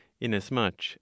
inasmuch